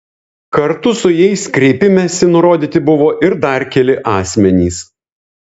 kartu su jais kreipimesi nurodyti buvo ir dar keli asmenys